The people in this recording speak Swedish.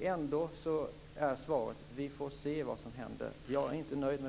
Ändå är svaret att vi får se vad som händer. Jag är inte nöjd.